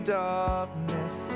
darkness